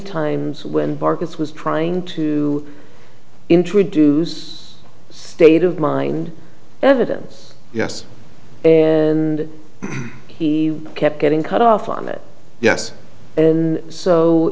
times when darkness was trying to introduce state of mind evidence yes and he kept getting cut off on it yes in so